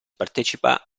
partecipa